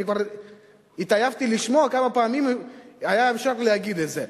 כבר התעייפתי לשמוע כמה פעמים אפשר היה להגיד את זה.